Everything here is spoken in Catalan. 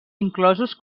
inclosos